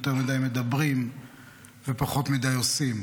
יותר מדי מדברים ופחות מדי עושים.